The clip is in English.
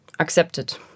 accepted